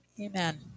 Amen